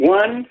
one